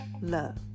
love